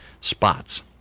spots